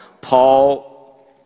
Paul